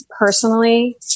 personally